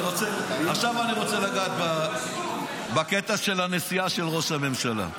עכשיו אני רוצה לגעת בקטע של הנסיעה של ראש הממשלה.